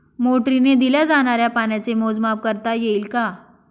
मोटरीने दिल्या जाणाऱ्या पाण्याचे मोजमाप करता येईल का?